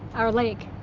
our lake.